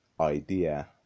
idea